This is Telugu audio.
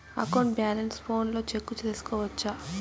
అకౌంట్ బ్యాలెన్స్ ఫోనులో చెక్కు సేసుకోవచ్చా